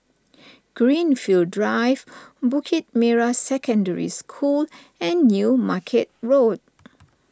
Greenfield Drive Bukit Merah Secondary School and New Market Road